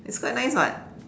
is quite nice [what]